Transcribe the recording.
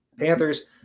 panthers